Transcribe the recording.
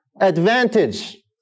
advantage